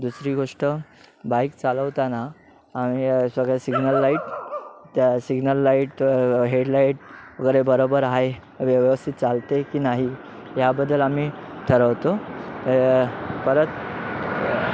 दुसरी गोष्ट बाईक चालवताना सगळं सिग्नल लाईट त्या सिग्नल लाईट हेडलाईट वगैरे बरोबर आहे व्यवस्थित चालते की नाही याबद्दल आम्ही ठरवतो परत